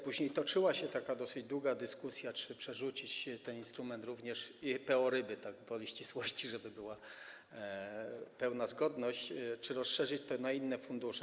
Później toczyła się taka dosyć długa dyskusja, czy przerzucić ten instrument - również chodzi tu o PO RYBY, tak gwoli ścisłości, żeby była pełna zgodność - czy rozszerzyć to na inne fundusze.